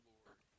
Lord